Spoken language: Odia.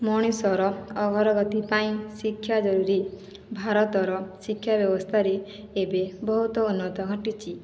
ମଣିଷର ଅଗ୍ରଗତି ପାଇଁ ଶିକ୍ଷା ଜରୁରୀ ଭାରତର ଶିକ୍ଷା ବ୍ୟବସ୍ଥାରେ ଏବେ ବହୁତ ଉନ୍ନତ ଘଟିଛି